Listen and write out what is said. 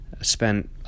Spent